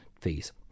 fees